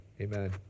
amen